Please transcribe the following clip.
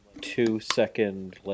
two-second